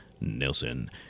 Nelson